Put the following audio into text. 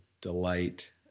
delight